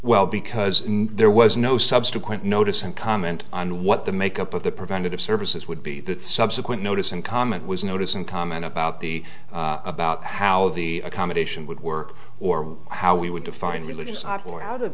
well because there was no subsequent notice and comment on what the makeup of the preventative services would be that subsequent notice and comment was notice and comment about the about how the accommodation would work or how we would define religious ottawa out of